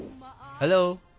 Hello